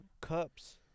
Cups